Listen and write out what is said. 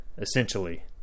essentially